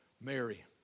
Mary